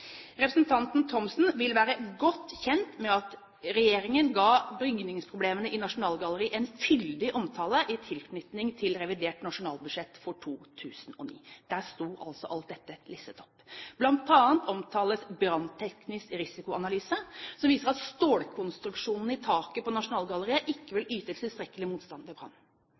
Representanten Thomsen vil være godt kjent med at regjeringen ga bygningsproblemene i Nasjonalgalleriet en fyldig omtale i tilknytning til revidert nasjonalbudsjett for 2009. Der sto alt dette listet opp. Blant annet omtales brannteknisk risikoanalyse, som viser at stålkonstruksjonen i taket på Nasjonalgalleriet ikke vil yte tilstrekkelig motstand ved brann.